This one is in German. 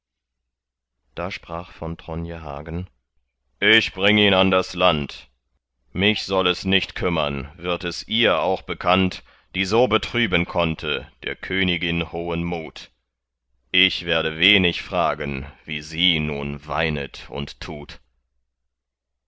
da sprach von tronje hagen ich bring ihn an das land mich soll es nicht kümmern wird es ihr auch bekannt die so betrüben konnte der königin hohen mut ich werde wenig fragen wie sie nun weinet und tut